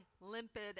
limpid